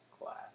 class